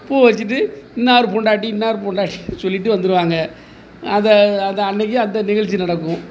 பூ வச்சிட்டு இன்னார் பொண்டாட்டி இன்னார் பொண்டாட்டின்னு சொல்லிட்டு வந்துருவாங்க அதை அதை அன்றைக்கே அந்த நிகழ்ச்சி நடக்கும்